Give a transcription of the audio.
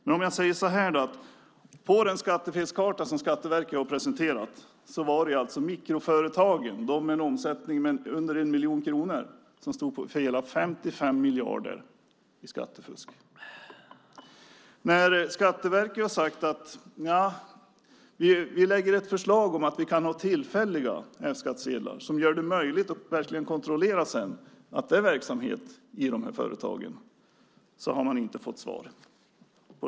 Jag kan säga så här: På den skattefelskarta som Skatteverket har presenterat var det mikroföretagen, de med en omsättning under 1 miljon kronor, som stod för hela 55 miljarder i skattefusk. När Skatteverket har sagt att man kan lägga fram ett förslag om att ha tillfälliga F-skattsedlar, som gör det möjligt att verkligen kontrollera att det är verksamhet i dessa företag, har de inte fått svar.